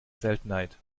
seltenheit